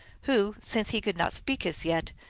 who, since he could not speak as yet,